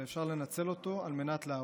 ואפשר לנצל אותו על מנת להרוס.